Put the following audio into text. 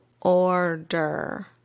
order